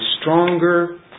stronger